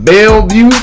Bellevue